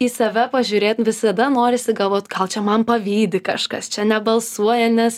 į save pažiūrėt visada norisi galvot gal čia man pavydi kažkas čia nebalsuoja nes